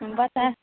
बता